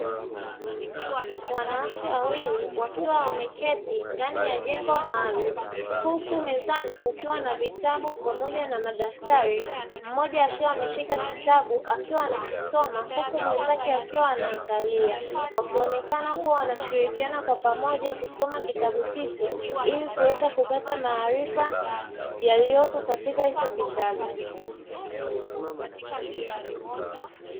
Wanawake wawili wakiwa wameketi ndani ya jengo maalumu huku mezani kukiwa na vitabu pamoja na madaftari, mmoja akiwa ameshika kitabu akiwa anakisoma huku mwenzake akiwa anaangalia, wakionekana kuwa wanashirikiana kwa pamoja kusoma kitabu hicho ili kuweza kupata maarifa yaliyopo katika hicho kitabu.